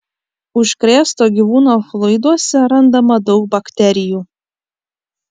užkrėsto gyvūno fluiduose randama daug bakterijų